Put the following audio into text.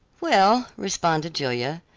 well, responded julia,